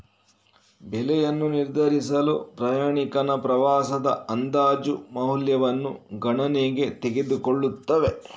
ಬೆಲೆಯನ್ನು ನಿರ್ಧರಿಸಲು ಪ್ರಯಾಣಿಕನ ಪ್ರವಾಸದ ಅಂದಾಜು ಮೌಲ್ಯವನ್ನು ಗಣನೆಗೆ ತೆಗೆದುಕೊಳ್ಳುತ್ತವೆ